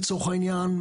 לצורך העניין,